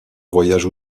voyage